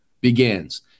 begins